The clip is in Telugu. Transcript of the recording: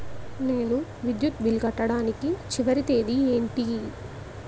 నేను విద్యుత్ బిల్లు కట్టడానికి చివరి తేదీ ఏంటి?